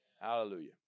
Hallelujah